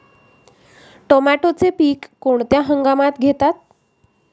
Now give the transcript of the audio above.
टोमॅटोचे पीक कोणत्या हंगामात घेतात?